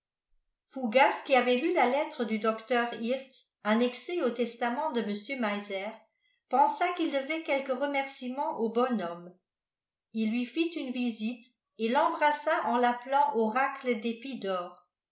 fougas qui avait lu la lettre du docteur hirtz annexée au testament de mr meiser pensa qu'il devait quelques remerciements au bonhomme il lui fit une visite et l'embrassa en l'appelant oracle